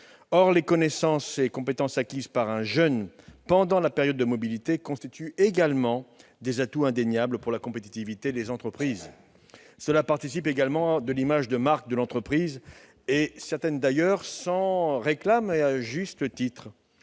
Or les connaissances et compétences acquises par un jeune pendant la période de mobilité constituent également des atouts indéniables pour la compétitivité des entreprises. Cela participe également de leur image de marque, et certaines s'en réclament d'ailleurs, et ce à juste titre.